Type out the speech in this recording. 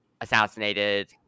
assassinated